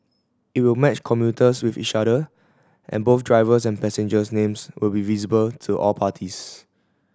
it will match commuters with each other and both drivers and passengers names will be visible to all parties